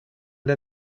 der